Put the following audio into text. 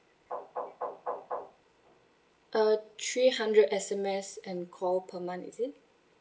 uh three hundred S_M_S and call per month is it